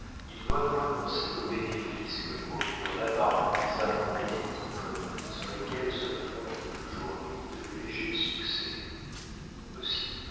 ils doivent renoncer aux bénéfices que procure l'apparente bizarrerie des titres sur lesquels se fondent aujourd'hui de légers succès aussi